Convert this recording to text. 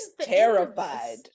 terrified